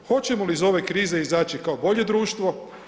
Hoćemo li iz ove krize izaći kao bolje društvo?